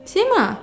same ah